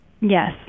Yes